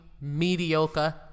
mediocre